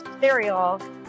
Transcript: cereal